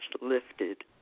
lifted